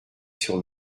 sur